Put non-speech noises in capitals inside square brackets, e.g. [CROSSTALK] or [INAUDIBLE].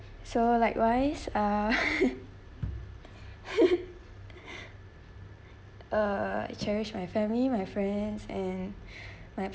so likewise uh [LAUGHS] uh cherish my family my friends and my